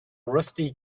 rusty